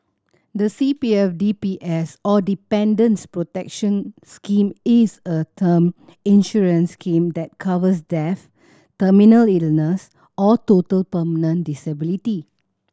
the C P F D P S or Dependants' Protection Scheme is a term insurance scheme that covers death terminal illness or total permanent disability